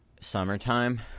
summertime